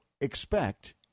expect